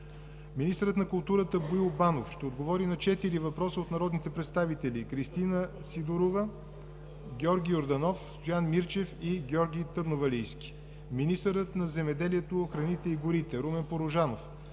Министърът на културата Боил Банов ще отговори на четири въпроса от народните представители Кристина Сидорова; Георги Йорданов; Стоян Мирчев; и Георги Търновалийски. - Министърът на земеделието, храните и горите Румен Порожанов